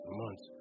months